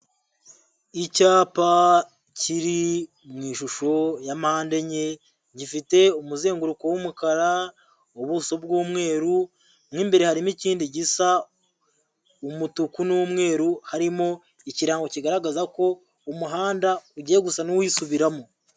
Icyapa kiri mu ishusho ya mpande enye, gifite umuzenguruko w'umukara, ubuso bw'umweru, mo imbere harimo ikindi gisa umutuku n'umweru, harimo ikirango kigaragaza ko umuhanda ugiye gusa n'uwisubiramo.